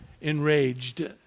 enraged